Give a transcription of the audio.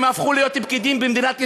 הם הפכו להיות פקידים במדינת ישראל.